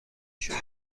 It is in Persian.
شما